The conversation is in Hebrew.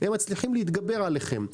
הם מצליחים להתגבר עליכם.